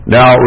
Now